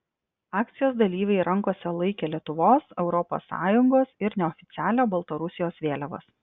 akcijos dalyviai rankose laikė lietuvos europos sąjungos ir neoficialią baltarusijos vėliavas